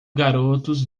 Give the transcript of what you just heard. garotos